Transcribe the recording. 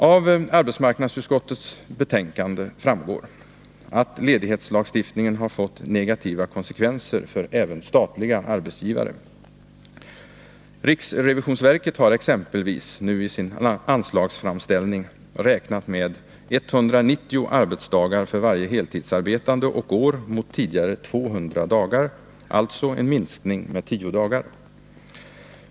Av arbetsmarknadsutskottets betänkande framgår att ledighetslagstiftningen har fått negativa konsekvenser för även statliga arbetsgivare. Riksrevisionsverket har exempelvis nu i sin anslagsframställning räknat med 190 arbetsdagar för varje heltidsarbetande och år mot tidigare 200 dagar — alltså en minskning med 10 dagar.